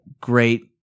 great